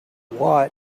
what